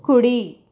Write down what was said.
కుడి